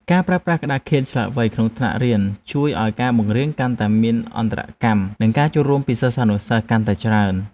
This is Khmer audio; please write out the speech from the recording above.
ការប្រើប្រាស់ក្តារខៀនឆ្លាតវៃក្នុងថ្នាក់រៀនជួយឱ្យការបង្រៀនកាន់តែមានអន្តរកម្មនិងការចូលរួមពីសិស្សានុសិស្សកាន់តែច្រើន។